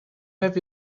have